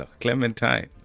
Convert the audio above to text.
Clementine